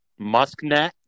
Musknet